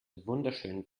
wunderschön